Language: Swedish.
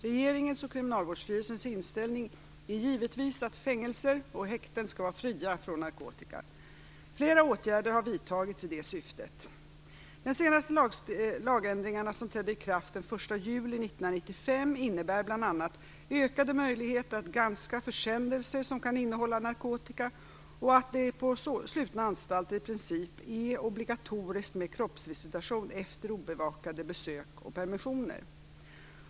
Regeringens och Kriminalvårdsstyrelsens inställning är givetvis att fängelser och häkten skall vara fria från narkotika. Flera åtgärder har vidtagits i detta syfte. De senaste lagändringarna, som trädde i kraft den 1 juli 1995, innebär bl.a. ökade möjligheter att granska försändelser som kan innehålla narkotika och att det på slutna anstalter i princip är obligatoriskt med kroppsvisitation efter obevakade besök och permissioner.